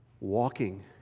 walking